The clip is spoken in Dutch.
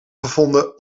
gevonden